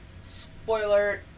Spoiler